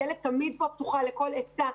הדלת פה תמיד פתוחה לכל עצה,